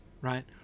right